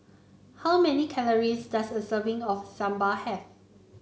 how many calories does a serving of Sambar have